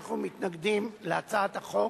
אנחנו מתנגדים להצעת החוק,